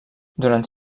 durant